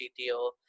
CTO